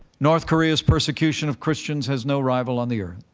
north korea's persecution of christians has no rival on the earth.